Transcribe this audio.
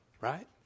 right